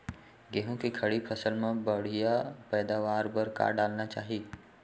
गेहूँ के खड़ी फसल मा बढ़िया पैदावार बर का डालना चाही?